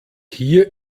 hier